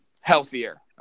healthier